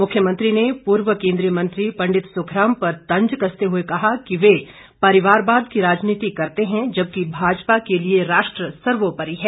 मुख्यमंत्री ने पूर्व केन्द्रीय मंत्री पंडित सुखराम पर तंज कसते हुए कहा कि वे परिवारवाद की राजनीति करते हैं जबकि भाजपा के लिए राष्ट्र सर्वोपरि है